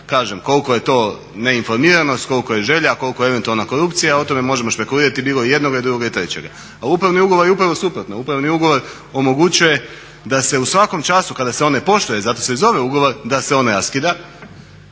kažem koliko je to neinformiranost, koliko je želja, koliko je eventualna korupcija. O tome možemo špekulirati bilo jednoga, drugoga i trećega. A upravni ugovori je upravo suprotno, upravni ugovor omogućuje da se u svakom času kada se on ne poštuje, zato se i zove ugovor, da se on raskida